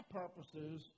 purposes